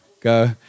go